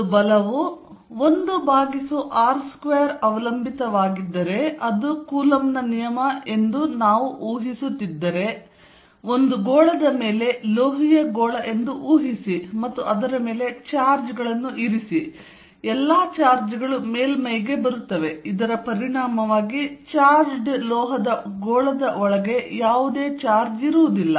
ಒಂದು ಬಲವು 1r2 ಅವಲಂಬಿತವಾಗಿದ್ದರೆ ಅದು ಕೂಲಂಬ್ ನ ನಿಯಮ ಎಂದು ನಾವು ಊಹಿಸುತ್ತಿದ್ದರೆ ಒಂದು ಗೋಳದ ಮೇಲೆ ಲೋಹೀಯ ಗೋಳ ಎಂದು ಊಹಿಸಿ ಮತ್ತು ಅದರ ಮೇಲೆ ಚಾರ್ಜ್ಗಳನ್ನು ಇರಿಸಿ ಎಲ್ಲಾ ಚಾರ್ಜ್ಗಳು ಮೇಲ್ಮೈಗೆ ಬರುತ್ತವೆ ಇದರ ಪರಿಣಾಮವಾಗಿ ಚಾರ್ಜ್ಡ್ ಲೋಹದ ಗೋಳದ ಒಳಗೆ ಯಾವುದೇ ಚಾರ್ಜ್ ಇರುವುದಿಲ್ಲ